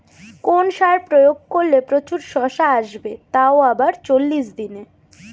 কোন সার প্রয়োগ করলে প্রচুর শশা আসবে তাও আবার চল্লিশ দিনে?